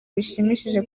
bishimishije